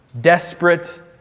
desperate